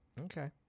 Okay